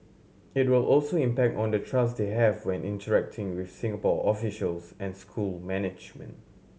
it will also impact on the trust they have when interacting with Singapore officials and school management